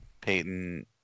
Peyton